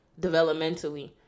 developmentally